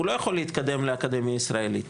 הוא לא יכול להתקדם לאקדמיה הישראלית.